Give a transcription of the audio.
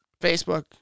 Facebook